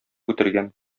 үтергән